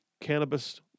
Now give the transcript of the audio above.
cannabis